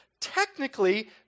Technically